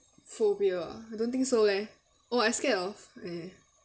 phobia ah I don't think so leh oh I scared of eh